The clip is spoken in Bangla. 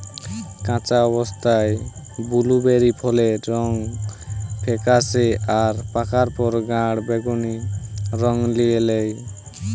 কাঁচা অবস্থায় বুলুবেরি ফলের রং ফেকাশে আর পাকার পর গাঢ় বেগুনী রং লিয়ে ল্যায়